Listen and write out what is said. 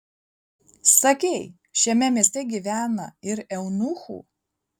sakei šiame mieste gyvena ir eunuchų